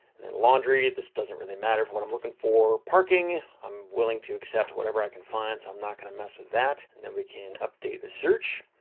and then laundry. this doesn't really matter for what i'm looking for. parking, i'm willing to accept whatever i can find, so i'm not gonna mess with that, and then we can update the search,